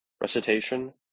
recitation